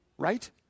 right